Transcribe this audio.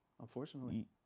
unfortunately